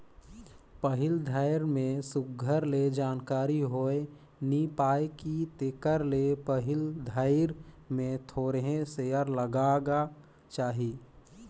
पहिल धाएर में सुग्घर ले जानकारी होए नी पाए कि तेकर ले पहिल धाएर में थोरहें सेयर लगागा चाही